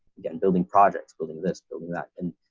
again, building projects, building this building that and